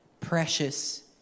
precious